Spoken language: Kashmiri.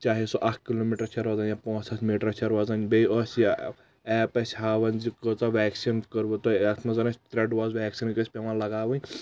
چاہے سُہ اکھ کِلو میٹر چھا روزان یا پانٛژھ ہتھ میٹر چھا روزان بییٚہِ ٲس یہِ ایپ اسہِ ہاوان زِ کۭژاہ ویٚکسیٖن کٔر وٕ تۄہہ یتھ منٛز زن اسہِ ترٛےٚ ڈوز ویٚکسیٖنٕکۍ ٲسۍ پٮ۪وان لگاوٕنۍ